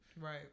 Right